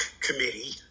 committee